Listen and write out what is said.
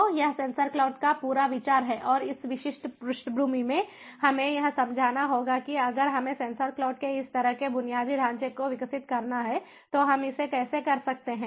तो यह sensor cloud का पूरा विचार है और इस विशेष पृष्ठभूमि में हमें यह समझना होगा कि अगर हमें सेंसर क्लाउड के इस तरह के बुनियादी ढांचे को विकसित करना है तो हम इसे कैसे कर सकते हैं